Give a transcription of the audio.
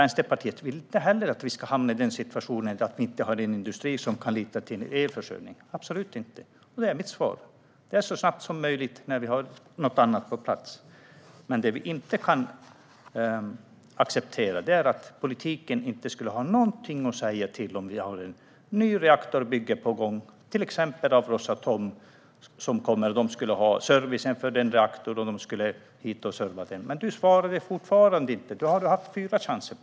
Vänsterpartiet vill inte heller att Sverige ska hamna i den situationen att industrin inte kan lita på att det finns en elförsörjning. Det är mitt svar, det vill säga så snabbt som möjligt när det finns något annat på plats. Det Vänsterpartiet inte kan acceptera är att politiken inte skulle ha något att säga till om ifall det skulle finnas ett nytt reaktorbygge på gång av till exempel Rosatom. De skulle få göra servicen av reaktorn. Sofia Fölster har fortfarande inte svarat. Du har haft fyra chanser.